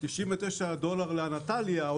99 דולר לאנטליה,